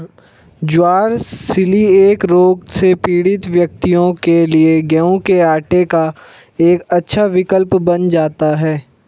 ज्वार coeliac रोग से पीड़ित व्यक्तियों के लिए गेहूं के आटे का एक अच्छा विकल्प बन जाता है